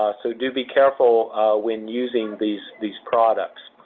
ah so, do be careful when using these these products.